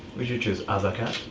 would you choose another